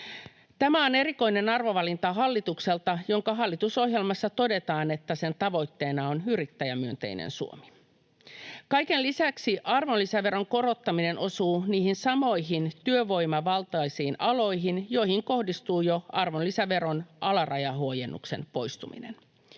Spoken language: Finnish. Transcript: Tämä on erikoinen arvovalinta hallitukselta, jonka hallitusohjelmassa todetaan, että sen tavoitteena on yrittäjämyönteinen Suomi. Kaiken lisäksi arvonlisäveron korottaminen osuu niihin samoihin työvoimavaltaisiin aloihin, joihin kohdistuu jo arvonlisäveron alarajahuojennuksen poistuminen.